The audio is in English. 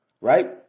right